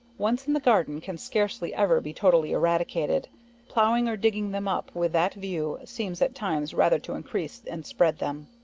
once in the garden, can scarcely ever be totally eradicated plowing or digging them up with that view, seems at times rather to increase and spread them.